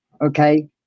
Okay